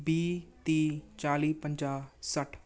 ਵੀਹ ਤੀਹ ਚਾਲੀ ਪੰਜਾਹ ਸੱਠ